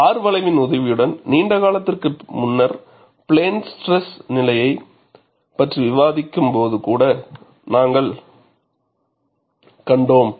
R வளைவின் உதவியுடன் நீண்ட காலத்திற்கு முன்னர் பிளேன் ஸ்ட்ரெஸ் நிலையைப் பற்றி விவாதிக்கும்போது கூட நாங்கள் கண்டோம்